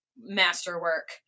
masterwork